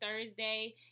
Thursday